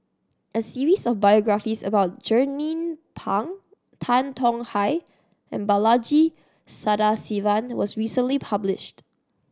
a series of biographies about Jernnine Pang Tan Tong Hye and Balaji Sadasivan was recently published